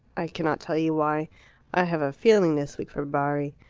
i cannot tell you why i have a feeling this week for bari.